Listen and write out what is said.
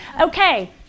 Okay